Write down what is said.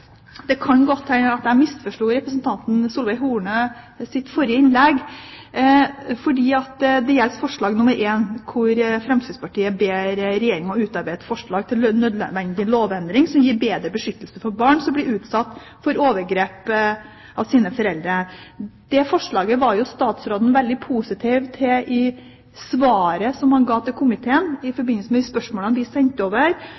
Det kan godt hende at jeg misforsto representanten Solveig Horne i hennes forrige innlegg. Det gjelder forslag nr. 1, hvor Fremskrittspartiet ber Regjeringen om å utarbeide et forslag til nødvendig lovendring som skal gi bedre beskyttelse for barn som blir utsatt for overgrep av sine foreldre. Det forslaget var statsråden veldig positiv til i det svaret han ga til komiteen i forbindelse med de spørsmålene som vi sendte over.